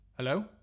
Hello